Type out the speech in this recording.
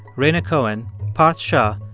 rhaina cohen, parth shah,